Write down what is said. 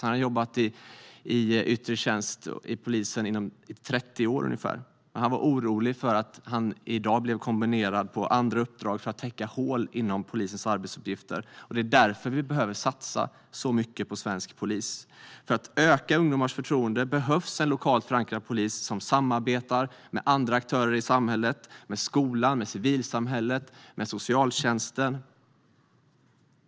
Han hade jobbat i yttre tjänst inom polisen i ungefär 30 år, och han var orolig för att han i dag blir kommenderad på andra uppdrag för att täcka hål inom polisens arbetsuppgifter. Det är därför vi behöver satsa så mycket på svensk polis. För att öka ungdomars förtroende behövs en lokalt förankrad polis som samarbetar med andra aktörer i samhället - med skolan, med civilsamhället och med socialtjänsten.